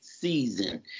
season